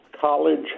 college